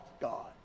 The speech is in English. God